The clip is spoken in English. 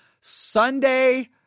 Sunday